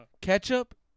Ketchup